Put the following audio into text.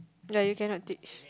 yeah you cannot teach